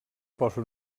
posa